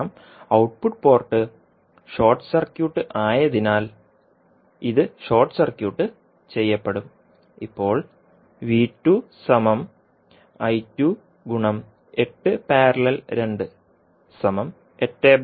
കാരണം output port short circuit ആയതിനാൽ ഇത് ഷോർട്ട് സർക്യൂട്ട് ചെയ്യപ്പെടും